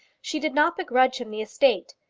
she did not begrudge him the estate.